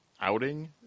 outing